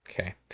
Okay